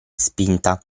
spinta